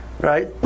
right